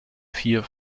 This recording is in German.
vier